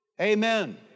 Amen